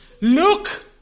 Look